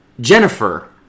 Jennifer